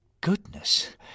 Goodness